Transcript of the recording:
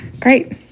Great